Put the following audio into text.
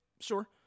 Sure